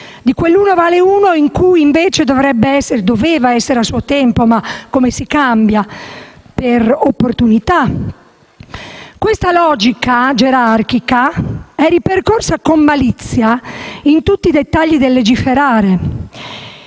di quell'uno vale uno che doveva essere a suo tempo, ma come si cambia per opportunità! Questa logica gerarchica è ripercorsa con malizia in tutti i dettagli del legiferare.